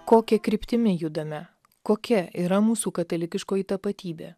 kokia kryptimi judame kokia yra mūsų katalikiškoji tapatybė